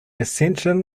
accession